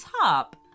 top